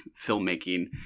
filmmaking